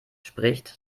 spricht